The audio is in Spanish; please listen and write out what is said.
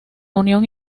unión